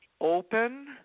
open